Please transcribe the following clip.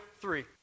three